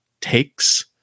takes